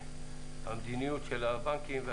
הקשחת המדיניות של הבנקים.